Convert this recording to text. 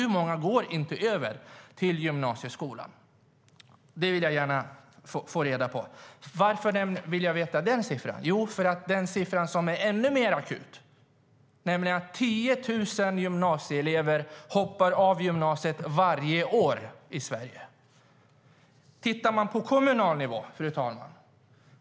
Hur många går inte över till gymnasieskolan? Det vill jag gärna få reda på. Varför vill jag veta den siffran? Jo, för att det finns ett problem som är ännu mer akut, nämligen att 10 000 gymnasieelever hoppar av gymnasiet varje år i Sverige.